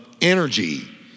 energy